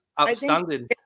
outstanding